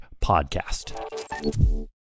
podcast